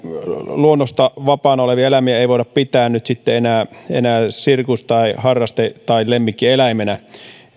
luonnostaan vapaana olevia eläimiä ei voida pitää nyt sitten enää enää sirkus tai harraste tai lemmikkieläiminä